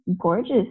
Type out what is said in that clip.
gorgeous